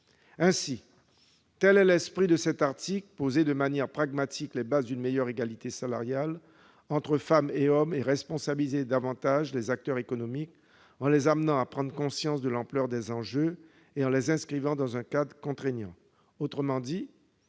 annuel. Tel est l'esprit de cet article : poser de manière pragmatique les bases d'une meilleure égalité salariale entre femmes et hommes et responsabiliser davantage les acteurs économiques en les amenant à prendre conscience de l'ampleur des enjeux et en les inscrivant dans un cadre contraignant. En